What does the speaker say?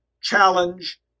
challenge